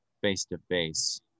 face-to-face